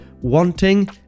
wanting